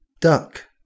duck